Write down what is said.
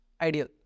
ideal